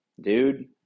dude